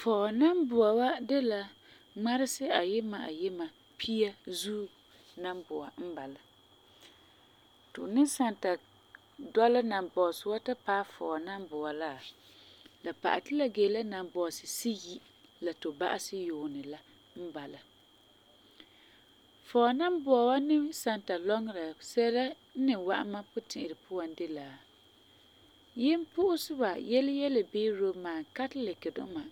Fɔɔ nambua wa de la ŋmaresi ayima ayima pia zuo puan n bala. Ti fu ni san dɔla nambɔɔsi wa ta paɛ Fɔɔ nambua la, la pa'alɛ ti la gee la nambɔɔsi siyi la tu ba'asɛ yuunɛ la n bala. Fɔɔ nambua wa ni san ta lɔŋera sɛla n ni wa'am mam puti'irɛ puan de la yimpu'useba yele yele bii Roman Katelic duma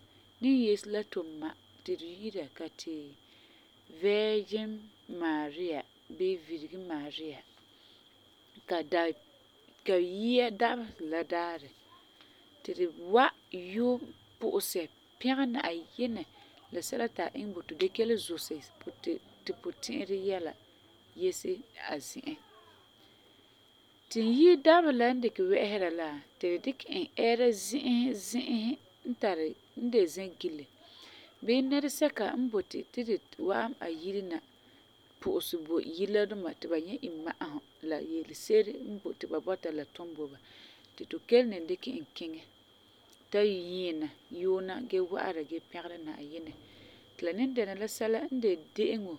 ni yese la tu ma ti tu yi'ira ka ti vɛɛgin maariya bii viregi maariya ka dap ka yia dabeserɛ la daarɛ ti tu wa, yuum, pu'usɛ, pɛgɛ Na'ayinɛ la sɛla ti a iŋɛ bo tu gee kelum zusɛ tu puti'irɛ yɛla yese a zi'an. Ti n yi'i dabeserɛ la n dikɛ wɛ'ɛsera la, ti tu dikɛ e ɛɛra zi'isi n de zɛgile bii nɛresɛka n boti ti ri wa'am a yire na pu'usɛ bo yire la duma ti ba nyɛ imma'asum la yele se'ere n boi ti ba bɔta ti la tum bo ba, ti tu kelum ni dikɛ e kiŋɛ ta nyiina, yuuna gee wa'ara pɛgera Na'ayinɛ. Ti la ni dɛna la sɛla n de de'eŋo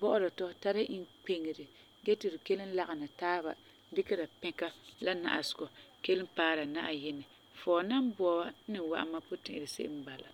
bɔ'ɔra tu, tara inkpeŋere gee ti tu kelum lagena taaba dikera pɛka la na'asegɔ kelum paara Na'ayinɛ. Fɔɔ nambua wa n ni wa'am mam puti'irɛ se'em n bala.